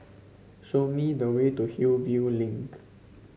show me the way to Hillview Link